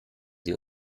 sie